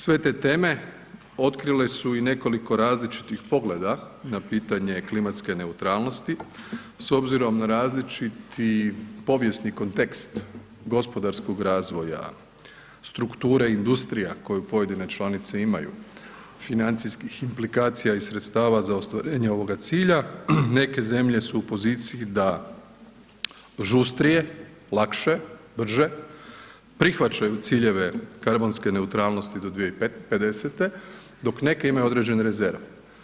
Sve te teme otkrile su i nekoliko različitih pogleda na pitanje klimatske neutralnosti s obzirom na različiti povijesni kontekst gospodarskog razvoja, strukture industrija koje pojedine članice imaju, financijskih implikacija i sredstava za ostvarenje ovoga cilja, neke zemlje su u poziciji da žustrije, lakše, brže prihvaćaju ciljeve karbonske neutralnosti do 2050. dok neke imaju određene rezerve.